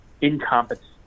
incompetent